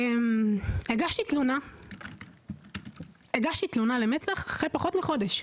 הגשתי תלונה למצ"ח אחרי פחות מחודש.